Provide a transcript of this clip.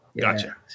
Gotcha